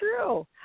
true